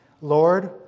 Lord